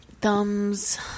Thumbs